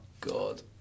God